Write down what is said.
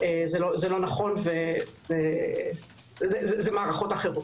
זה לא נכון, זה מערכות אחרות.